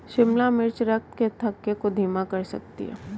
शिमला मिर्च रक्त के थक्के को धीमा कर सकती है